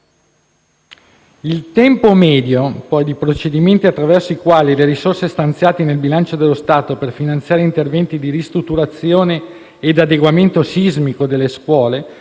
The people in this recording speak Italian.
Il tempo medio dei procedimenti attraverso i quali le risorse stanziate nel bilancio dello Stato per finanziare interventi di ristrutturazione ed adeguamento sismico delle scuole